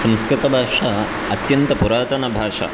संस्कृतभाषा अत्यन्तपुरातनभाषा